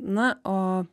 na o